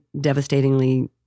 devastatingly